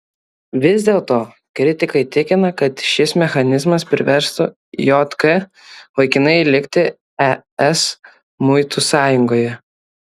vis dėlto kritikai tikina kad šis mechanizmas priverstų jk laikinai likti es muitų sąjungoje